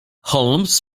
holmes